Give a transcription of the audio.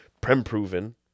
prem-proven